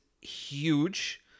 huge